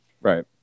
right